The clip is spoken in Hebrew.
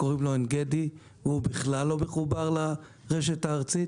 קוראים לו עין גדי והוא בכלל לא מחובר לרשת הארצית.